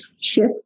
ships